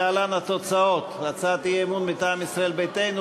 להלן התוצאות: הצעת אי-אמון מטעם ישראל ביתנו,